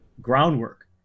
groundwork